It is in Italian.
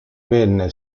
venne